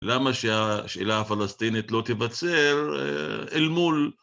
למה שהשאלה הפלסטינית לא תיבצר אל מול?